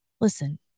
listen